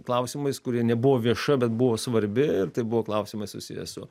klausimais kuri nebuvo vieša bet buvo svarbi ir tai buvo klausimai susiję su